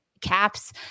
caps